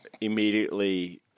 immediately